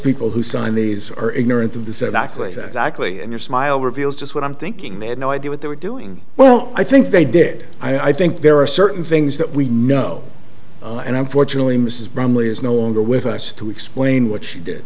people who signed these are ignorant of the say that place actually in your smile reveals just what i'm thinking they had no idea what they were doing well i think they did i think there are certain things that we know and unfortunately mrs bromley is no longer with us to explain what she did